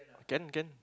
can can